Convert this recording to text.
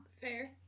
Fair